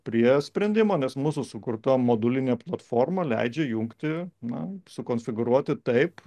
prie sprendimo nes mūsų sukurta modulinė platforma leidžia jungti na sukonfigūruoti taip